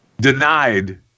denied